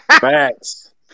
Facts